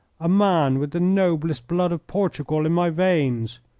a man with the noblest blood of portugal in my veins.